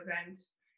events